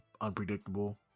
unpredictable